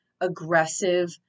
aggressive